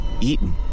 eaten